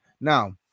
Now